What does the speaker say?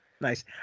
Nice